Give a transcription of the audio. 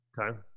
Okay